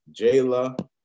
Jayla